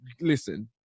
listen